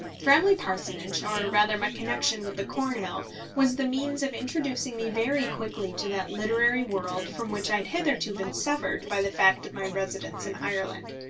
framley parsonage or, rather, my connection with the cornhill was the means of introducing me very quickly to that literary world from which i had hitherto been severed by the fact of my residence in ireland.